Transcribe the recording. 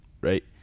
right